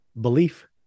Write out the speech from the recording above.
belief